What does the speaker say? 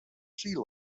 sea